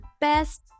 best